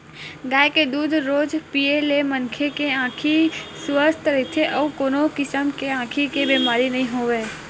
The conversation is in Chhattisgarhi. गाय के दूद रोज पीए ले मनखे के आँखी ह सुवस्थ रहिथे अउ कोनो किसम के आँखी के बेमारी नइ होवय